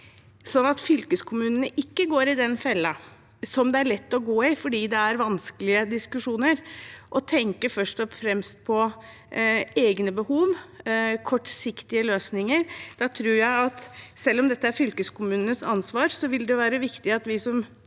sånn at fylkeskommunene ikke går i den fella som det er lett å gå i fordi dette er vanskelige diskusjoner: det å tenke først og fremst på egne behov og på kortsiktige løsninger. Jeg tror at selv om dette er fylkeskommunenes ansvar, er det viktig at vi som nasjonale